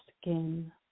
skin